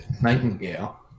Nightingale